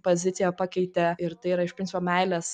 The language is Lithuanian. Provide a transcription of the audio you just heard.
poziciją pakeitė ir tai yra iš principo meilės